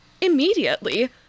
immediately